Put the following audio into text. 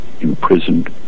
imprisoned